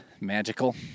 magical